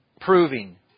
Proving